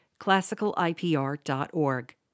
classicalipr.org